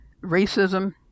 racism